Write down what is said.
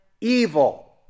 evil